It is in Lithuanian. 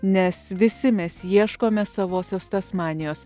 nes visi mes ieškome savosios tasmanijos